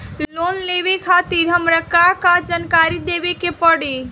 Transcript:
Loan लेवे खातिर हमार का का जानकारी देवे के पड़ी?